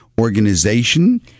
organization